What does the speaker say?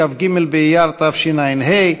כ"ג באייר תשע"ה,